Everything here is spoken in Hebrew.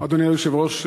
אדוני היושב-ראש,